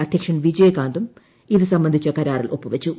അധ്യക്ഷൻ വിജയകാന്തും ഇതു സംബന്ധിച്ച കരാറിൽ ഒപ്പു വച്ചു